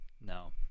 No